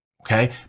Okay